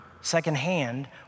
secondhand